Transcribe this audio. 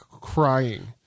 crying